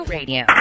Radio